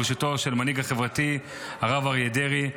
בראשותו של המנהיג החברתי הרב אריה דרעי.